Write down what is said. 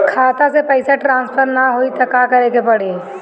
खाता से पैसा ट्रासर्फर न होई त का करे के पड़ी?